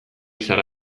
zara